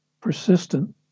persistent